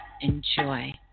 enjoy